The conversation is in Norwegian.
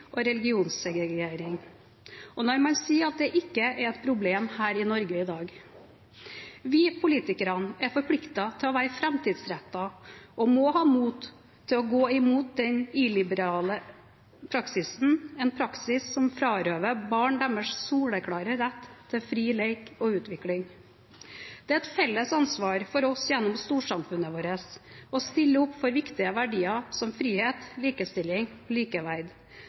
og religionssegregering, og når man sier at dette ikke er et problem i Norge i dag. Vi politikere er forpliktet til å være framtidsrettet og må ha mot til å gå imot den illiberale praksisen – en praksis som frarøver barn deres soleklare rett til fri lek og utvikling. Det er et felles ansvar for oss gjennom storsamfunnet å stille opp for viktige verdier som frihet, likestilling og likeverd,